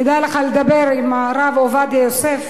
כדאי לך לדבר עם הרב עובדיה יוסף.